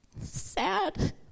sad